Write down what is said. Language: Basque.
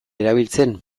erabiltzen